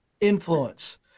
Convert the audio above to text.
Influence